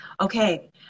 okay